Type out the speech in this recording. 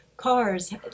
cars